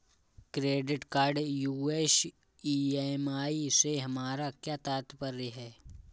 Credit card यू.एस EMI से हमारा क्या तात्पर्य है?